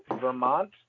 Vermont